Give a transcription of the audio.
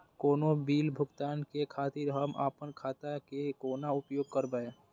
कोनो बील भुगतान के खातिर हम आपन खाता के कोना उपयोग करबै?